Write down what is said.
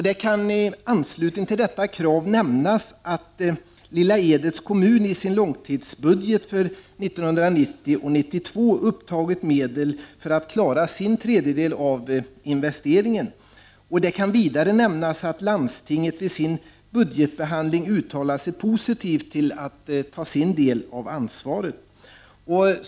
Det kan i anslutning till detta krav nämnas att Lilla Edets kommun i sin långtidsbudget för 1990-1992 upptagit medel för att klara sin tredjedel av investeringen. Det kan vidare nämnas att landstinget vid sin budgetbehandling uttalat sig positivt till att ta sin del av ansvaret.